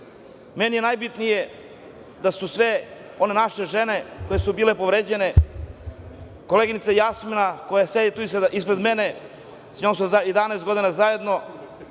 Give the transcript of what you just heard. je najbitnije da su sve naše žene koje su bile povređene, koleginica Jasmina, koja sedi tu ispred mene, sa njom sam 11 godina zajedno,